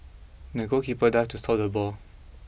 the goalkeeper dived to stop the ball